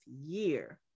year